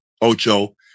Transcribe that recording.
Ocho